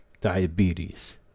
diabetes